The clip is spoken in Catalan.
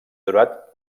durat